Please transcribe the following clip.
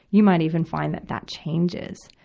you might even find that that changes,